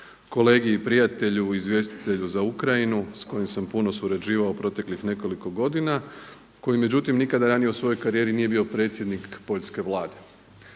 kolegi i prijatelju, izvjestitelju za Ukrajinu s kojim sam puno surađivao u proteklih nekoliko godina, koji međutim nikada ranije u svojoj karijeri nije bio predsjednik poljske Vlade.